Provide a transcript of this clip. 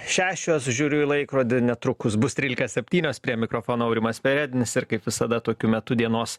šešios žiūriu į laikrodį netrukus bus trylika septynios prie mikrofono aurimas perednis ir kaip visada tokiu metu dienos